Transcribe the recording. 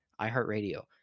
iHeartRadio